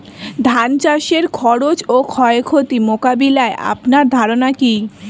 ধান চাষের খরচ ও ক্ষয়ক্ষতি মোকাবিলায় আপনার ধারণা কী?